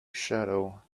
shadow